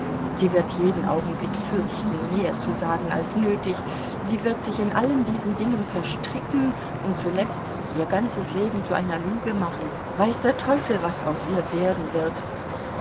sie wird jeden augenblick fürchten mehr zu sagen als nötig sie wird sich in allen diesen dingen verstricken und zuletzt ihr ganzes leben zu einer lüge machen weiß der teufel was aus ihr werden wird